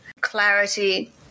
clarity